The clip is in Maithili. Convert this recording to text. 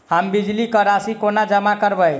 हम बिजली कऽ राशि कोना जमा करबै?